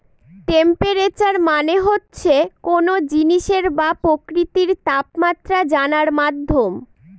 temperature মানে হচ্ছে কোনো জিনিসের বা প্রকৃতির তাপমাত্রা জানার মাধ্যম